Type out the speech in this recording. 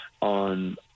on